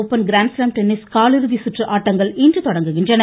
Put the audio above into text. open grand slam tennis காலிறுதி சுற்று ஆட்டங்கள் இன்று தொடங்குகின்றன